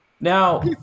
Now